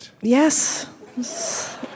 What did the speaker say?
Yes